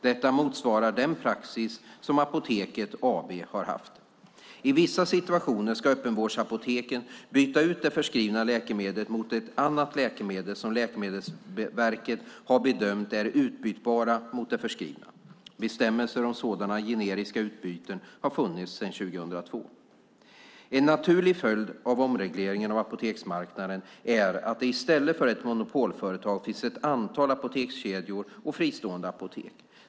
Detta motsvarar den praxis som Apoteket AB har haft. I vissa situationer ska öppenvårdsapoteken byta ut det förskrivna läkemedlet mot ett annat läkemedel som Läkemedelsverket har bedömt är utbytbart mot det förskrivna. Bestämmelser om sådana generiska utbyten har funnits sedan 2002. En naturlig följd av omregleringen av apoteksmarknaden är att det i stället för ett monopolföretag finns ett antal apotekskedjor och fristående apotek.